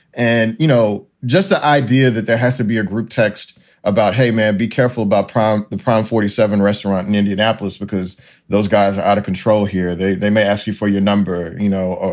and, you know, just the idea that there has to be a group text about, hey, man. be careful about prom, the prom, forty seven restaurant in indianapolis, because those guys are out of control here. they they may ask you for your number. you know,